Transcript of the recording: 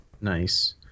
Nice